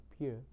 appear